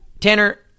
Tanner